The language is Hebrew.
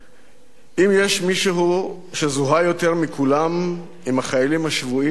אם יש מישהו שזוהה יותר מכולם עם החיילים השבויים והנעדרים,